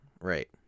Right